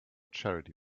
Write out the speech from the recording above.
charity